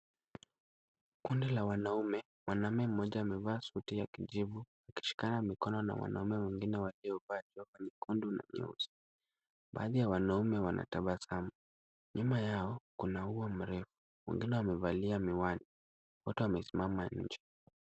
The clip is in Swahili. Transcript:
Kundi la wanaume, mwanaume mmoja amevaa suti ya kijivu akishikana mikono na mwanaume mwingine waliovaa jopu nyekundu na nyeusi. Baadhi ya wanaume wanatabasamu. Nyuma yao kuna ua mrefu, wengine wamevalia miwani wote wamesimama nje.